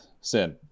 Sin